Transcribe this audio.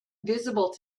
visible